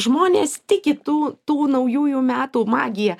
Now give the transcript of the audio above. žmonės tiki tų tų naujųjų metų magija